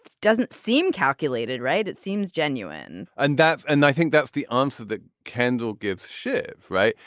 doesn't seem calculated right it seems genuine and that's and i think that's the answer that kendall gives shiv right.